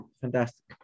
fantastic